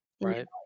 right